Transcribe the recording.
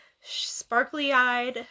sparkly-eyed